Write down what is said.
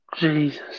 Jesus